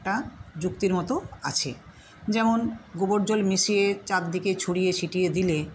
একটা যুক্তির মতো আছে যেমন গোবর জল মিশিয়ে চারদিকে ছড়িয়ে ছিটিয়ে দিলে